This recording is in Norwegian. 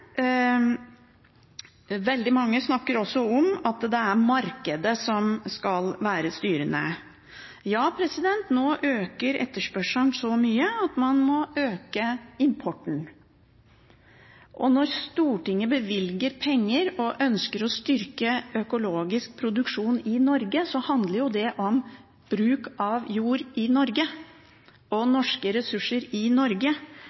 Veldig mange snakker også om at det er markedet som skal være styrende. Ja, nå øker etterspørselen så mye at man må øke importen. Når Stortinget bevilger penger til og ønsker å styrke økologisk produksjon i Norge, handler det om bruk av jord i Norge og norske ressurser i Norge,